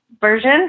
version